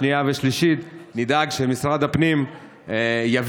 שנייה ושלישית אנחנו נדאג שמשרד הפנים יביא